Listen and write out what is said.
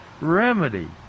remedy